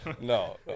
No